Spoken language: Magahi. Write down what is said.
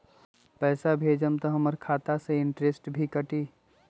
पैसा भेजम त हमर खाता से इनटेशट भी कटी?